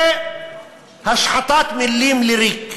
זה השחתת מילים לריק,